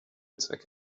zwecke